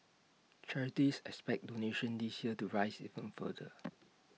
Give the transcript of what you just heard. charities expect donations this year to rise even further